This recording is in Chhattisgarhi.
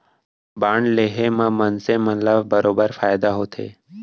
बांड लेहे म मनसे मन ल बरोबर फायदा होथे